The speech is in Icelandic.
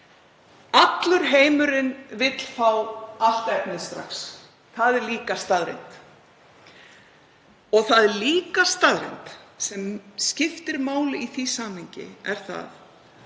Allur heimurinn vill fá allt efnið strax. Það er líka staðreynd. Og það er líka staðreynd sem skiptir máli í því samhengi að